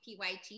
pyt